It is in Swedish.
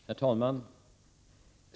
Herr talman!